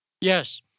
Yes